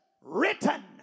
written